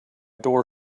door